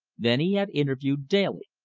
then he had interviewed daly.